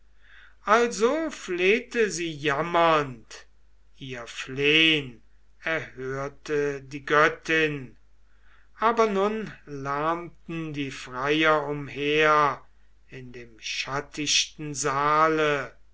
also flehte sie jammernd ihr flehn erhörte die göttin aber nun lärmten die freier umher in dem schattichten saale